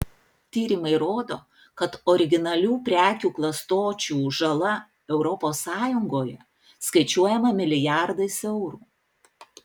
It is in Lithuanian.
tyrimai rodo kad originalių prekių klastočių žala europos sąjungoje skaičiuojama milijardais eurų